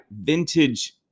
vintage